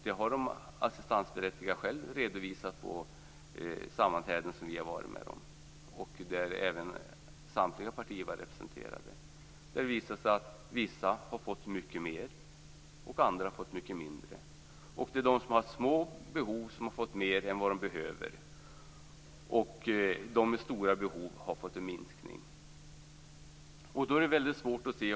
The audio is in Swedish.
Det har de assistansberättigade själva redovisat vid sammanträden som vi har haft och där samtliga partier har varit representerade. Det visade sig att vissa har fått mycket mer, och andra har fått mycket mindre. Det är de som har små behov som har fått mer än de behöver, och de som har stora behov har fått mindre än tidigare.